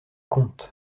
comte